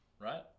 Right